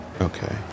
Okay